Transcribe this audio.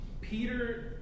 Peter